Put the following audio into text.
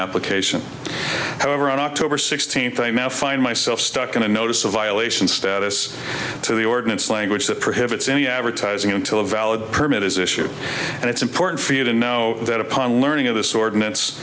application however on october sixteenth i met find myself stuck on a notice a violation status to the ordinance language that prohibits any advertising until a valid permit is issued and it's important for you to know that upon learning of this ordinance